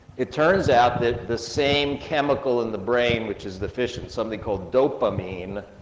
it turns out that the same chemical in the brain which is deficient, something called dopamine,